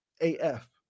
AF